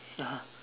(uh huh)